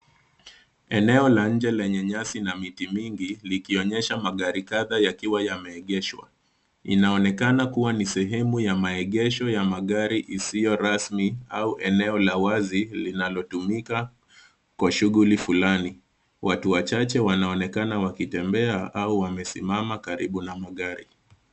Eneo la nje lenye nyasi na miti mingi likionyesha magari kadhaa yakiwa yameegeshwa. Inaonekana kuwa ni sehemu ya maegesho ya magari isiyo rasmi au eneo la wazi linalotumika kwa shughuli fulani. Watu wachache wanaonekana wakitembea au wamesimama karibu na magari.